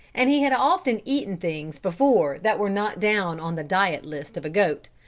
and he had often eaten things before that were not down on the diet list of a goat,